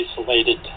isolated